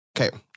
okay